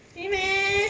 really meh